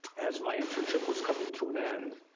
as my internship was coming to and end,